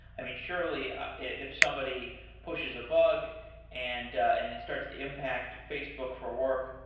i mean, surely if somebody pushes a bug and and it starts to impact facebook for work,